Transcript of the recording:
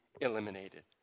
eliminated